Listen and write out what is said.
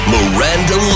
Miranda